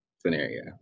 scenario